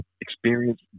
experience